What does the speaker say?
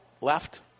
left